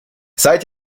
seit